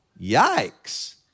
yikes